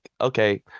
okay